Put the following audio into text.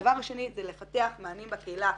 והדבר השני זה לפתח מענים בקהילה.